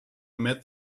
met